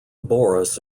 boris